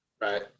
Right